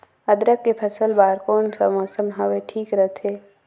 अदरक के फसल बार कोन सा मौसम हवे ठीक रथे?